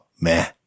meh